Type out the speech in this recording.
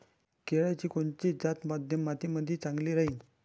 केळाची कोनची जात मध्यम मातीमंदी चांगली राहिन?